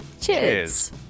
Cheers